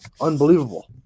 unbelievable